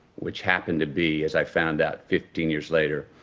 which happened to be, as i found out fifteen years later,